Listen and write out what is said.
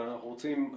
אבל אנחנו רוצים,